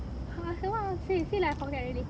ha so what I want to say see lah I forget already